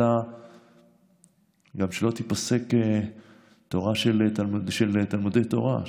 אלא גם כדי שלא תיפסק תורה של תלמודי תורה,